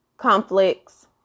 Conflicts